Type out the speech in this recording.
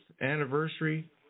anniversary